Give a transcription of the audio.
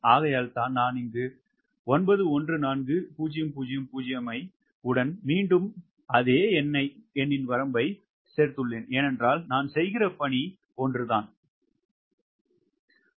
ஆகையால்தான் நான் இங்கு 914000 ஐப் உடன் மீண்டும் 914000 ஐ வரம்பைச் சேர்த்துள்ளேன் ஏனென்றால் நான் செய்கிற பணி இதுதான்